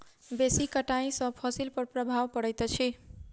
बेसी कटाई सॅ फसिल पर प्रभाव पड़ैत अछि